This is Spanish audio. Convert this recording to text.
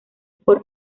por